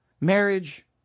marriage